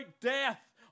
death